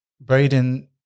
Braden